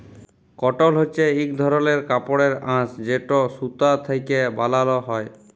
কটল হছে ইক ধরলের কাপড়ের আঁশ যেট সুতা থ্যাকে বালাল হ্যয়